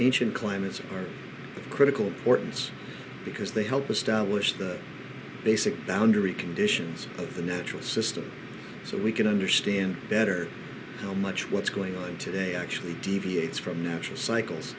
ancient climates are of critical importance because they help establish the basic boundary conditions of the natural system so we can understand better how much what's going on today actually deviates from natural cycles